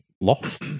lost